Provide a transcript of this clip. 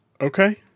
Okay